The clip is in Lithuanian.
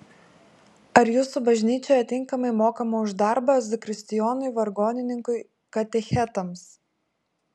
ar jūsų bažnyčioje tinkamai mokama už darbą zakristijonui vargonininkui katechetams